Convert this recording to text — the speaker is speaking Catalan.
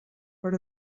per